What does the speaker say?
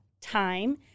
time